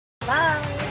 Bye